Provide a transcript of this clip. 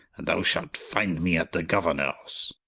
and thou shalt finde me at the gouernors.